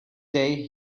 day